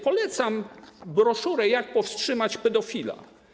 Polecam broszurę „Jak powstrzymać pedofila”